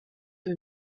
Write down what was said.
peu